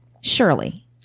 Surely